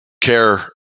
care